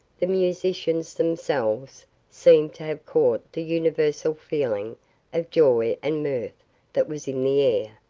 the musicians themselves seemed to have caught the universal feeling of joy and mirth that was in the air,